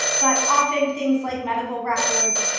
but often, things like medical records,